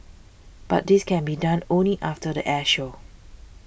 but this can be done only after the air show